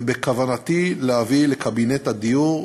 ובכוונתי להביא לקבינט הדיור,